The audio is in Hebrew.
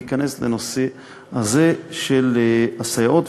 להיכנס לנושא הזה של הסייעות.